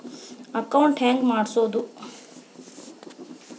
Account ಹೆಂಗ್ ಮಾಡ್ಸೋದು?